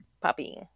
puppy